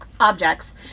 Objects